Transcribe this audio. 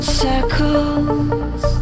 circles